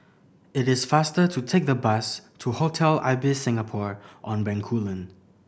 it is faster to take the bus to Hotel Ibis Singapore On Bencoolen